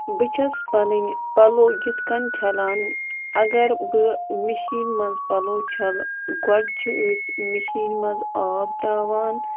بہٕ چھَس پَنٕنۍ پَلو یِتھ کنۍ چھَلان اگر بہٕ مِشیٖن منٛز پَلو چھلہٕ گۄڈٕ چھِ أسۍ مِشیٖنہِ منٛز آب ترٛاوان